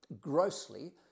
Grossly